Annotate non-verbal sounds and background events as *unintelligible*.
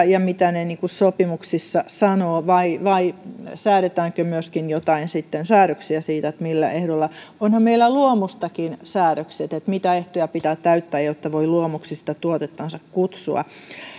*unintelligible* ja mitä he sopimuksissa sanovat vai vai säädetäänkö myöskin joitain säädöksiä siitä millä ehdoilla onhan meillä luomustakin säädökset mitä ehtoja pitää täyttää jotta voi luomuksi sitä tuotettansa kutsua